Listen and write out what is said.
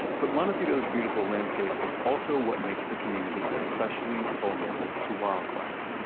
but montecito's beautiful landscape is also what makes the community especially vulnerable to wildfire.